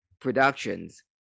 Productions